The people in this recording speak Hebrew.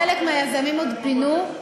חלק מהיזמים עוד פיצו,